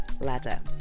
ladder